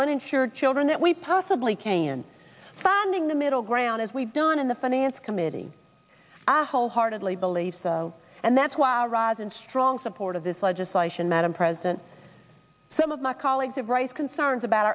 uninsured children that we possibly can finding the middle ground as we've done in the finance committee i wholeheartedly believe and that's why i rise in strong support of this legislation madam president some of my colleagues of rice concerns about